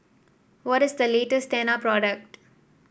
what is the latest Tena product